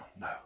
No